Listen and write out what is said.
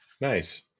Nice